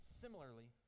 Similarly